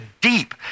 deep